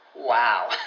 Wow